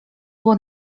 było